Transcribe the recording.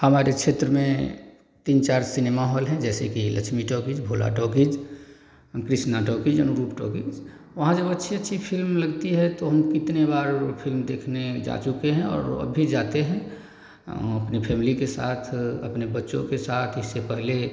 हमारे क्षेत्र में तीन चार सिनेमा हॉल हैं जैसे कि Lakshmi talkies Bhola talkies Krishna talkies Anurup talkies वहाँ जब अच्छी अच्छी फ़िल्म लगती है तो हम कितनी बार फ़िल्म देखने जा चुके हैं और अब भी जाते हैं अपनी फ़ैमिली के साथ अपने बच्चों के साथ इससे पहले